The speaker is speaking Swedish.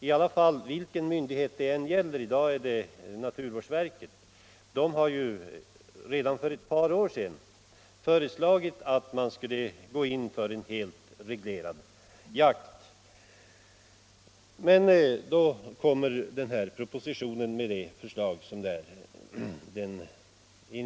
I dag är det naturvårdsverket som har hand om saken, och det har ju redan för ett par år sedan föreslagit en helt reglerad jakt. Men nu framläggs alltså den här propositionen!